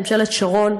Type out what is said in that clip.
ממשלת שרון,